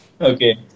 Okay